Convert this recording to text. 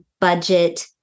budget